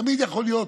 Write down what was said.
תמיד יכול להיות